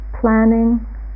planning